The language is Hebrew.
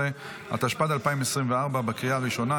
13), התשפ"ד 2024, לקריאה הראשונה.